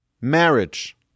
Marriage